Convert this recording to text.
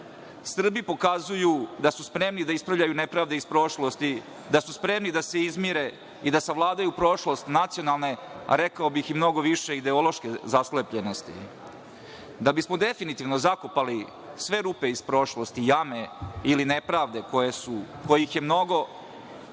Srbi pokazuju da ispravljaju nepravde iz prošlosti, da su spremni da se izmire i da savladaju prošlost nacionalne, a rekao bih i mnogo više ideološke zaslepljenosti. Da bismo definitivno zakopali sve rupe iz prošlosti, jame ili nepravde kojih je mnogo